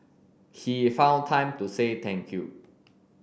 he found time to say thank you